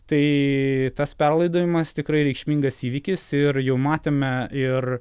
tai tas perlaidojimas tikrai reikšmingas įvykis ir jau matėme ir